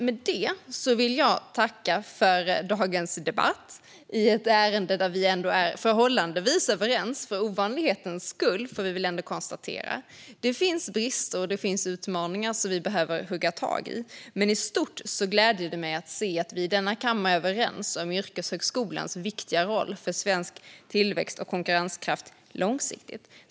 Med det vill jag tacka för dagens debatt i ett ärende där vi kan konstatera att vi för ovanlighetens skull är förhållandevis överens. Det finns brister, och det finns utmaningar som vi behöver hugga tag i. Men i stort gläder det mig att se att vi i denna kammare är överens om yrkeshögskolans viktiga roll för svensk tillväxt och konkurrenskraft långsiktigt.